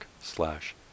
slash